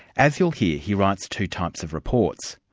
as you'll hear, he writes two types of reports.